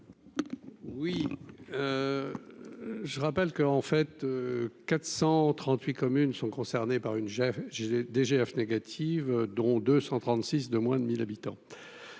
Oui, je rappelle que, en fait 438 communes sont concernées par une j'ai j'ai DGF négative, dont 236 de moins de 1000 habitants,